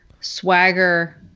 Swagger